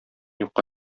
юкка